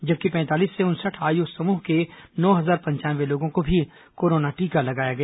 जबकि पैंतालीस से उनसठ आयु समूह के नौ हजार पंचानवे लोगों को भी कोरोना टीका लगाया गया